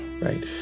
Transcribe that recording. right